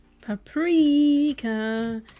Paprika